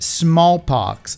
smallpox